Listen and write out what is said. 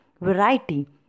variety